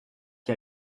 qui